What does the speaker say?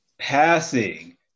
passing